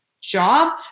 job